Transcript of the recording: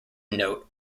note